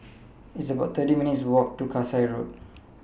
It's about thirty eight minutes' Walk to Kasai Road